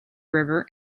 river